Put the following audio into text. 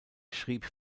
schrieb